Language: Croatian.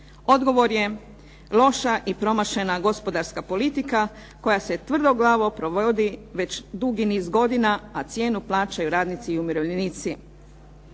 Odgovor je loša i promašena gospodarska politika koja se tvrdoglavo provodi već dugi niz godina, a cijenu plaćaju radnici i umirovljenici.